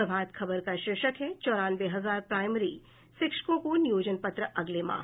प्रभात खबर का शीर्षक है चौरानवे हजार प्राइमरी शिक्षकों को नियोजन पत्र अगले माह